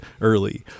early